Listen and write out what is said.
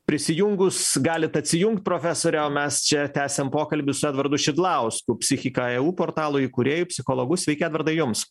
prisijungus galit atsijungt profesore o mes čia tęsiam pokalbį su edvardu šidlausku psichika eu portalo įkūrėju psichologu sveiki edvardai jums